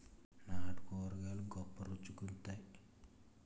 నాటు కూరగాయలు గొప్ప రుచి గుంత్తై